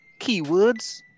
keywords